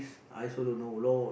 I also don't know loh